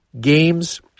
games